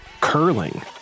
curling